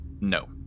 no